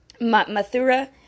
Mathura